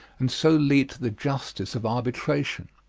and so lead to the justice of arbitration.